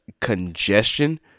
congestion